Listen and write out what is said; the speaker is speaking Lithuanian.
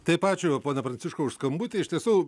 taip ačiū pone pranciškau už skambutį iš tiesų